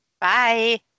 Bye